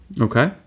Okay